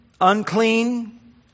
unclean